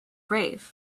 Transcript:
brave